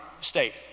state